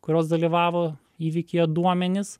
kurios dalyvavo įvykyje duomenys